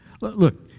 Look